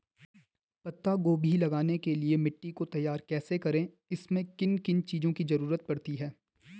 पत्ता गोभी लगाने के लिए मिट्टी को तैयार कैसे करें इसमें किन किन चीज़ों की जरूरत पड़ती है?